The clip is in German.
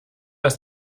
ist